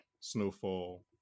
Snowfall